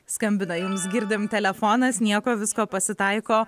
skambina jums girdim telefonas nieko visko pasitaiko